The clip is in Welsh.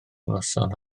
noson